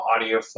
audio